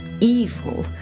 evil